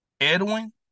Edwin